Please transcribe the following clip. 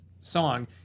song